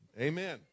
Amen